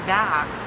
back